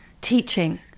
teaching